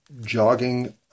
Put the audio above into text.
jogging